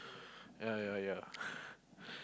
yeah yeah yeah